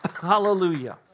Hallelujah